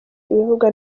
ibivugwa